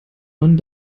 man